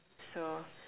so